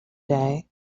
day